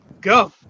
Go